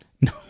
No